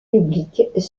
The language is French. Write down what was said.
publiques